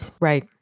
Right